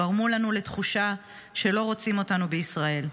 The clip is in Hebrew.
גרמו לנו לתחושה שלא רוצים אותנו בישראל.